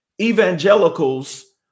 evangelicals